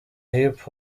hip